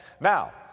Now